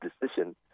decision